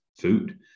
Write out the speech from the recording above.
food